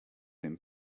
den